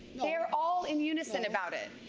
they're all in unison about it.